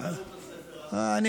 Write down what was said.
אולי הם לא קראו את הספר עד הסוף.